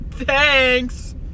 Thanks